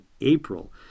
April